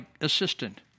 assistant